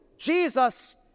Jesus